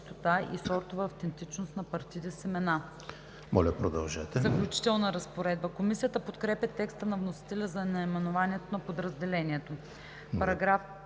Моля, продължете,